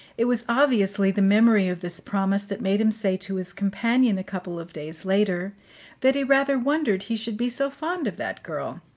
it was obviously the memory of this promise that made him say to his companion a couple of days later that he rather wondered he should be so fond of that girl.